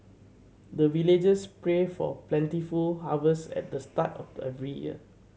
the villagers pray for plentiful harvest at the start of the every year